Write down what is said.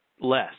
Less